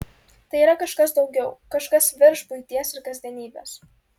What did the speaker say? tai yra kažkas daugiau kažkas virš buities ir kasdienybės